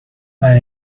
are